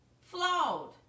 flawed